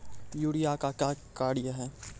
Urea का क्या कार्य हैं?